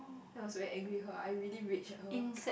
then I was very angry with her I really rage at her